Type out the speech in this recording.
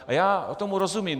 A já tomu rozumím.